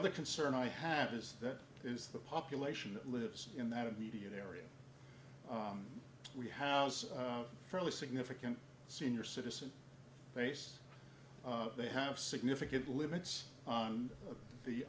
other concern i have is that is the population that lives in that immediate area we house fairly significant senior citizen base they have significant limits on the